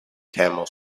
camel